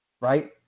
right